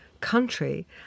country